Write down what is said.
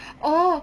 oh